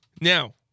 Now